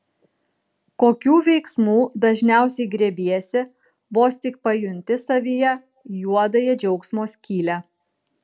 kokių veiksmų dažniausiai griebiesi vos tik pajunti savyje juodąją džiaugsmo skylę